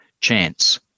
chance